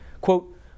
Quote